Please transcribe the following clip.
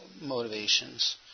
motivations